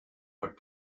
but